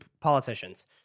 politicians